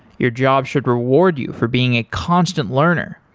your job should reward you for being a constant learner,